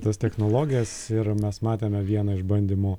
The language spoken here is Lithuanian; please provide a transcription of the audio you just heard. tas technologijas ir mes matėme vieną iš bandymų